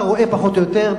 אתה רואה פחות או יותר,